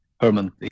Herman